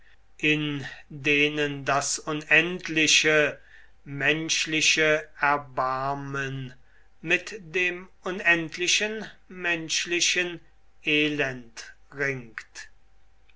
in denen das unendliche menschliche erbarmen mit dem unendlichen menschlichen elend ringt